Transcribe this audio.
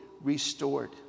restored